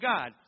God